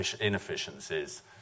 inefficiencies